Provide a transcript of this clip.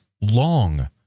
long